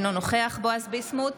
אינו נוכח בועז ביסמוט,